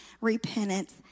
repentance